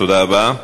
תודה רבה.